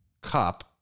Cup